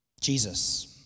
Jesus